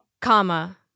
Comma